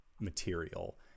Material